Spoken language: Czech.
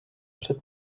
před